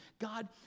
God